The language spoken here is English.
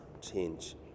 change